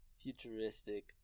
futuristic